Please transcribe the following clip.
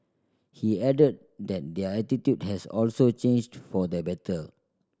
he added that their attitude has also changed for the better